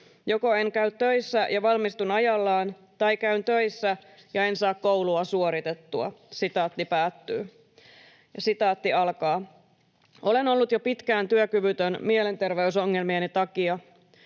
Joko en käy töissä ja valmistun ajallaan tai käyn töissä ja en saa koulua suoritettua.” ”Olen ollut jo pitkään työkyvytön mielenterveysongelmieni takia.